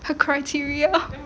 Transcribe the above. her criteria